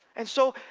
and so,